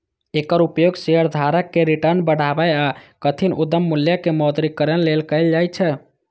एकर उपयोग शेयरधारक के रिटर्न बढ़ाबै आ कथित उद्यम मूल्य के मौद्रीकरण लेल कैल जाइ छै